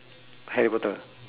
harry potter